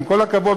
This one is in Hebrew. עם כל הכבוד,